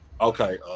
okay